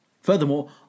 Furthermore